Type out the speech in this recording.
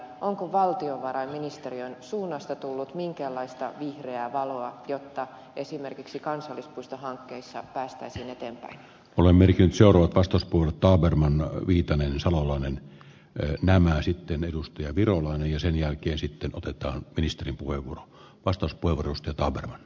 onko valtiovarainministeriön suunnasta tullut minkäänlaista vihreää valoa jotta esimerkiksi kansallispuistohankkeissa päästäisiin eteenpäin olemmekin seuraava vastus puurtaa vermon vitonen salolainen kuin nämä sitten edustaja virolainen ja sen jälkeen sitten otetaan ristinpuu ivo vastus punovarusteita